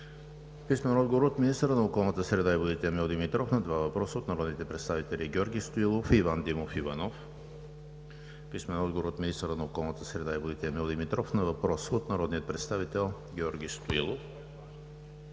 Дора Янкова; - министъра на околната среда и водите Емил Димитров на два въпроса от народните представители Георги Стоилов и Иван Димов Иванов; - министъра на околната среда и водите Емил Димитров на въпрос от народния представител Георги Стоилов.